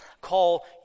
call